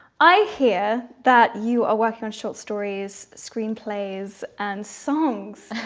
i hear that you are working on short stories screenplays and songs